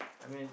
I mean